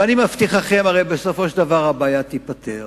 ואני מבטיח, הרי בסופו של דבר הבעיה תיפתר